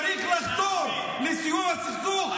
צריך לחתור לסיום הסכסוך,